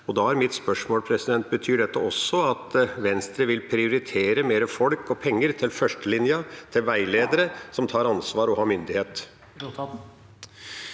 mitt spørsmål: Betyr dette også at Venstre vil prioritere mer folk og penger til førstelinja, til veiledere som tar ansvar og har myndighet?